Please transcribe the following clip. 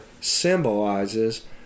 symbolizes